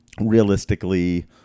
Realistically